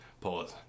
Pause